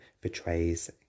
betrays